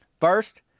First